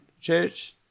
church